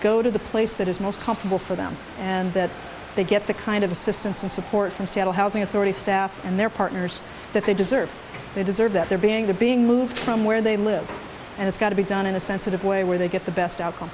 go to the place that is most comfortable for them and that they get the kind of assistance and support from seattle housing authority staff and their partners that they deserve they deserve that they're being to being moved from where they live and it's got to be done in a sensitive way where they get the best outcome